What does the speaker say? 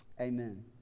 Amen